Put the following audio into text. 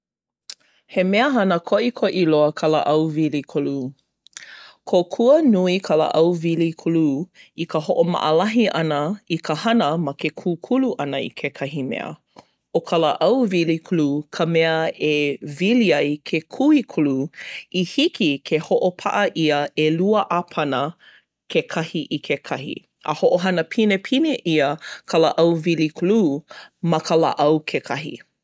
He mea hana koʻikoʻi loa ka lāʻau wili kolū. Kōkua nui ka lāʻau wili kolū i ka hoʻomaʻalahi ʻana i ka hana ma ke kūkulu ʻana i kekahi mea. ʻO ka lāʻau wili kolū ka mea e wili ai ke kui kolū i hiki ke hoʻopaʻa ʻia ʻelua ʻāpana kekahi i kekahi. A hoʻohana pinepine ʻia ka lāʻau wili kolū ma ka lāʻau kekahi.